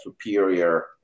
superior